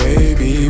Baby